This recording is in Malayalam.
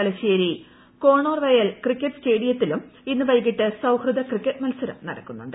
തലശ്ശേരി കോണോർവയൽ ക്രിക്കറ്റ് സ്റ്റേഡിയത്തിലും ഇന്ന് വൈകീട്ട് സൌഹൃദ ക്രിക്കറ്റ് മത്സരം നടക്കുന്നുണ്ട്